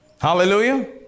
Hallelujah